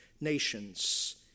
nations